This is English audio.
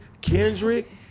Kendrick